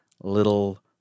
little